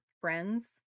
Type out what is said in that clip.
friends